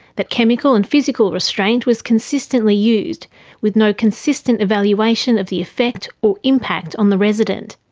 that chemical and physical restraint was consistently used with no consistent evaluation of the effect or impact on the resident.